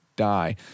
die